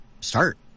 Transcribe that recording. start